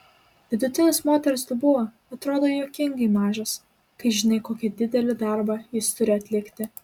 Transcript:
vidutinis moters dubuo atrodo juokingai mažas kai žinai kokį didelį darbą jis turi atlikti